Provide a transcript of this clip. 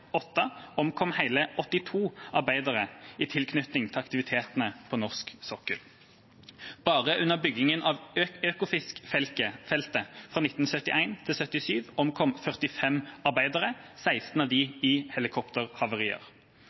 omkom hele 82 arbeidere i tilknytning til aktivitetene på norsk sokkel. Bare under utbyggingen av Ekofisk-feltet fra 1971 til 1977 omkom 45 arbeidere og 16 av dem i helikopterhavarier.